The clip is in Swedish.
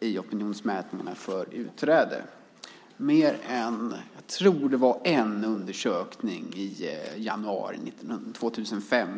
i opinionsmätningarna för utträde mer än i en undersökning, tror jag, i januari 2005.